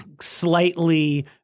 slightly